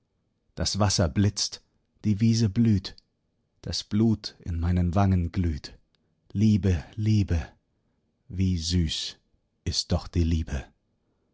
das wasser blitzt die wiese blüht das blut in meinen wangen glüht liebe liebe wie süß ist doch die liebe